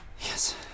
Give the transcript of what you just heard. Yes